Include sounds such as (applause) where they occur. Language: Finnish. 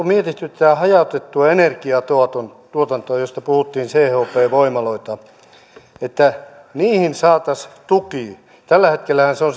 (unintelligible) mietitty tätä hajautettua energiatuotantoa josta puhuttiin chp voimaloita sitä että niihin saataisiin tuki tällä hetkellähän se on (unintelligible)